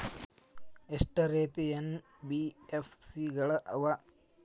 ಎಷ್ಟ ರೇತಿ ಎನ್.ಬಿ.ಎಫ್.ಸಿ ಗಳ ಅವ?